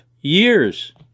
years